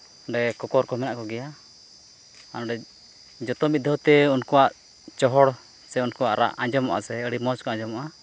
ᱱᱚᱰᱮ ᱠᱚᱠᱚᱨ ᱠᱚ ᱢᱮᱱᱟᱜ ᱠᱚᱜᱮᱭᱟ ᱟᱨ ᱱᱚᱰᱮ ᱡᱚᱛᱚ ᱢᱤᱫ ᱫᱷᱟᱣᱛᱮ ᱩᱱᱩᱠᱩᱣᱟᱜ ᱪᱚᱦᱚᱲ ᱥᱮ ᱩᱱᱠᱩᱟᱜ ᱨᱟᱜ ᱟᱡᱚᱢᱚᱜᱼᱟ ᱥᱮ ᱟᱹᱰᱤ ᱢᱚᱡᱽ ᱜᱮ ᱟᱡᱚᱢᱜᱼᱟ